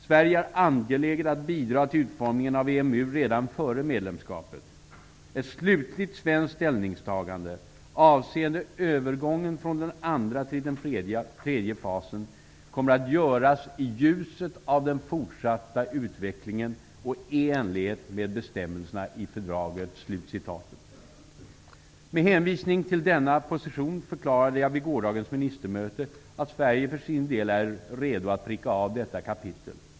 Sverige är angeläget att bidra till utformningen av EMU redan före medlemskapet. Ett slutligt svenskt ställningstagande avseende övergången från den andra till den tredje fasen kommer att göras i ljuset av den fortsatta utvecklingen och i enlighet med bestämmelserna i fördraget.'' Med hänvisning till denna position förklarade jag vid gårdagens ministermöte att Sverige för sin del är redo att pricka av detta kapitel.